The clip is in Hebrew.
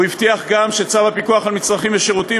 הוא הבטיח גם שצו הפיקוח על מצרכים ושירותים